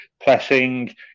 pressing